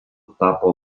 tapo